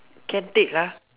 can take lah